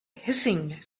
hissing